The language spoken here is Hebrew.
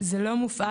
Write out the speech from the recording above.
זה לא מופעל,